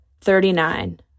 Thirty-nine